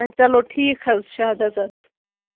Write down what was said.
چلو ٹھیٖک حظ چھِ اَدٕ حظ اَدٕ